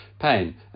pain